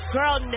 Girl